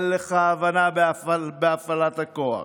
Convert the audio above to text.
אין לך הבנה בהפעלת הכוח,